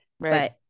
Right